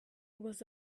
was